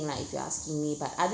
lah if you're asking me but other